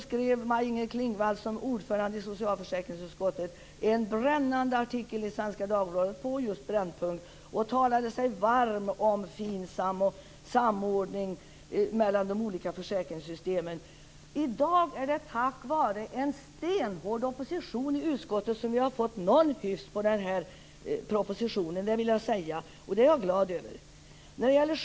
skrev Maj-Inger Klingvall som ordförande i socialförsäkringsutskottet en brännande artikel på Brännpunkt i Svenska Dagbladet och talade sig varm om FINSAM och samordning mellan de olika försäkringssystemen. I dag är det tack vare en stenhård opposition i utskottet som vi har fått någon hyfs på den här propositionen. Det vill jag säga, och det är jag glad över.